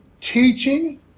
teaching